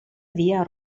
via